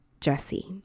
Jesse